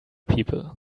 people